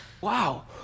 Wow